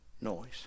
noise